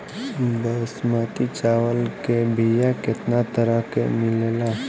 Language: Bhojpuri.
बासमती चावल के बीया केतना तरह के मिलेला?